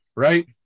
Right